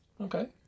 okay